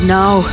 now